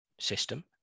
system